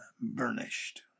burnished